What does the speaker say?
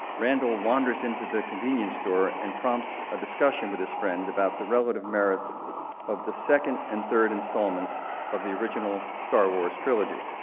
randall wanders into the convenience store and prompts a discussion with his friend about the relative merits of the second and third installments of the original star wars trilogy.